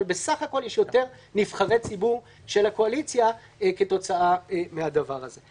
אבל בסך הכול יש יותר נבחרי ציבור של הקואליציה כתוצאה מהדבר הזה.